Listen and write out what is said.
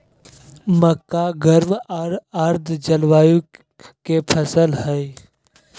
मक्का गर्म आर आर्द जलवायु के फसल हइ